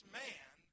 man